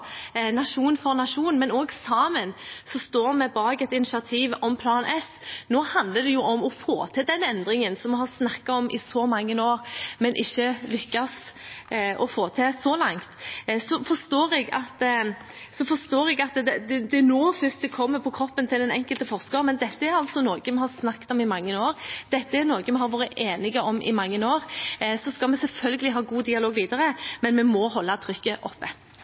nasjon for nasjon, men også sammen står vi bak et initiativ om Plan S. Nå handler det om å få til den endringen vi har snakket om i så mange år, men ikke lyktes med å få til så langt. Jeg forstår at det først er nå den enkelte kjenner det på kroppen, men dette er altså noe vi har snakket om i mange år. Dette er noe vi har vært enige om i mange år. Vi skal selvfølgelig ha en god dialog videre, men vi må holde trykket oppe.